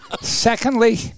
Secondly